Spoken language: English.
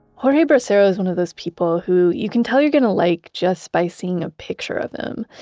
jorge bracero is one of those people who you can tell you're going to like just by seeing a picture of him.